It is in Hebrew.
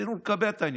רצינו לקבע את העניין.